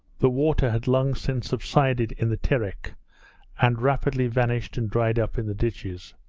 the water had long since subsided in the terek and rapidly vanished and dried up in the ditches.